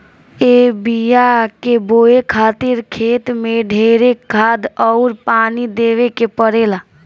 ए बिया के बोए खातिर खेत मे ढेरे खाद अउर पानी देवे के पड़ेला